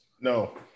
No